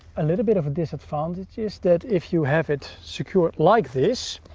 a little bit of a disadvantage is that if you have it secured like this,